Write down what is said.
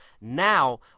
Now